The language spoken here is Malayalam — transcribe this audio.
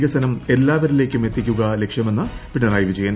വികസനം എല്ലാവരിലേയ്ക്കും എത്തിക്കുക ലക്ഷ്യമെന്ന് പിണറായി വിജയൻ